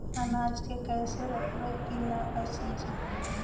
अनाज के कैसे रखबै कि न पसिजै?